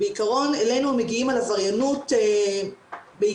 בעיקרון אלינו מגיעים על עבריינות בעיקר